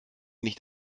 nicht